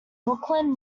brooklyn